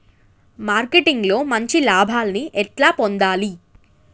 Marketing లో మంచి లాభాల్ని ఎట్లా పొందాలి?